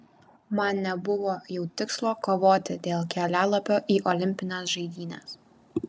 man nebuvo jau tikslo kovoti dėl kelialapio į olimpines žaidynes